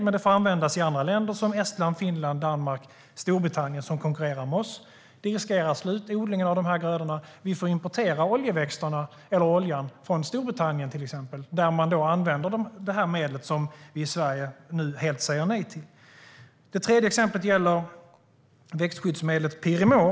Det får dock användas i andra länder, som Estland, Finland, Danmark och Storbritannien, som konkurrerar med oss. Det riskerar att odlingen av dessa grödor slås ut och att vi får importera oljeväxterna eller oljan från till exempel Storbritannien, där man alltså använder det medel vi i Sverige nu helt säger nej till. Det tredje exemplet är växtskyddsmedlet Pirimor.